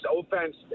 offense